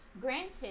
Granted